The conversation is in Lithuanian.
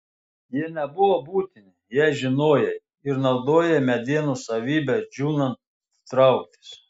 jie nebuvo būtini jei žinojai ir naudojai medienos savybę džiūnant trauktis